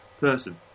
person